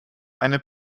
eine